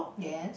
yes